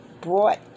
brought